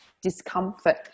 discomfort